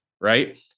right